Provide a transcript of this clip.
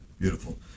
beautiful